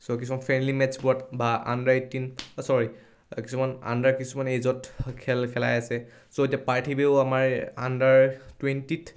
চ' কিছুমান friendly matches abroad বা under eighteen sorry কিছুমান আণ্ডাৰ কিছুমান এইজত খেল খেলাই আছে ছ' এতিয়া পাৰ্থিৱেও আমাৰ আণ্ডাৰ টুৱেণ্টিত